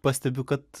pastebiu kad